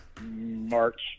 March